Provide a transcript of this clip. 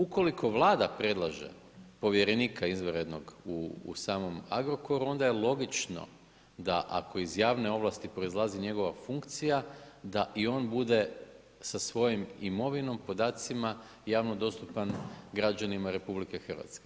Ukoliko Vlada predlaže povjerenika izvanrednog u samom Agrokoru onda je logično da ako iz javne ovlasti proizlazi njegova funkcija da i on bude sa svojom imovinom, podacima javno dostupan građanima RH.